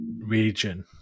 region